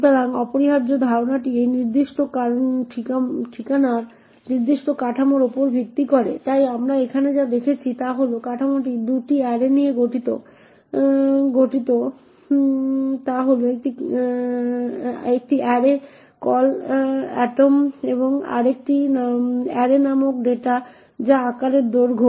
সুতরাং অপরিহার্য ধারণাটি এই নির্দিষ্ট কাঠামোর উপর ভিত্তি করে তাই আমরা এখানে যা দেখছি তা হল এই কাঠামোটি 2টি অ্যারে নিয়ে গঠিত একটি অ্যারে কল এটম এবং আরেকটি অ্যারে নামক ডেটা যা আকারের দৈর্ঘ্য